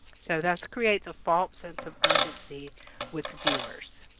so this creates a false sense of urgency with viewers.